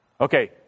Okay